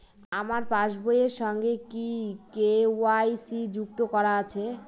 আমার পাসবই এর সঙ্গে কি কে.ওয়াই.সি যুক্ত করা আছে?